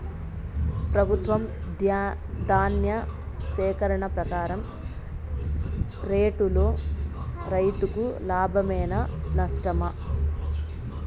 ప్రభుత్వం ధాన్య సేకరణ ప్రకారం రేటులో రైతుకు లాభమేనా నష్టమా?